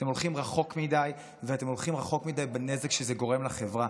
אתם הולכים רחוק מדי ואתם הולכים רחוק מדי בנזק שזה גורם לחברה.